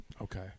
Okay